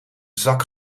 zak